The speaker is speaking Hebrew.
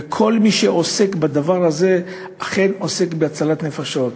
וכל מי שעוסק בדבר הזה אכן עוסק בהצלת נפשות.